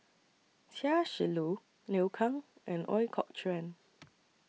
Chia Shi Lu Liu Kang and Ooi Kok Chuen